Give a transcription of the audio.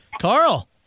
Carl